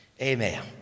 Amen